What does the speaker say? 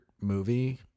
movie